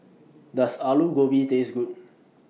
Does Alu Gobi Taste Good